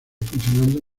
funcionando